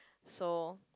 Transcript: so